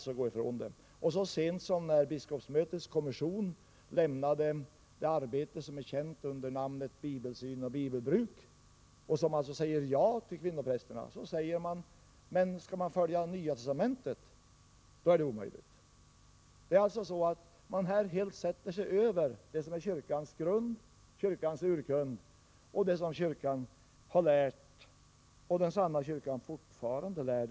Så sent som när biskopsmötets kommission lämnade det arbete som är känt under namnet Bibelsyn och bibelbruk, som alltså säger ja till kvinnoprästerna, sades det: Men skall man följa Nya testamentet, då är det omöjligt. Man sätter sig alltså över det som är kyrkans grund, kyrkans urkund och det som kyrkan har lärt och den sanna kyrkan fortfarande lär.